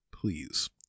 Please